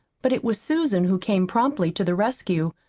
but it was susan who came promptly to the rescue.